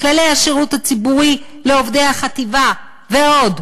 כללי השירות הציבורי לעובדי החטיבה ועוד.